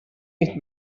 nicht